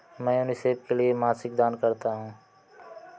मैं यूनिसेफ के लिए मासिक दान करता हूं